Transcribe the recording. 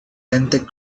benthic